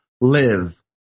live